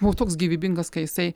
buvo toks gyvybingas kai jisai